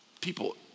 people